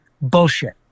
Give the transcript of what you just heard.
bullshit